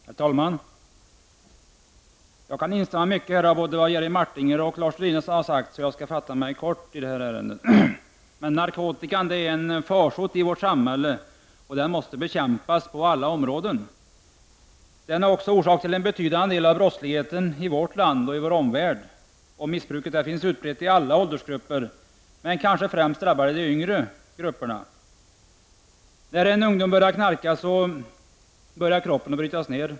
Herr talman! Jag kan instämma i mycket av det som både Jerry Martinger och Lars Sundin har anfört, och jag skall därför fatta mig kort i detta ärende. Narkotikan är en farsot i vårt samhälle, och den måste bekämpas på alla områden. Den är också orsak till en betydande del av brottsligheten i vårt land och i vår omvärld. Missbruket finns utbrett i alla åldersgrupper, men det kanske främst drabbar de yngre grupperna. När en ung människa börjar knarka, börjar kroppen att brytas ner.